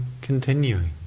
continuing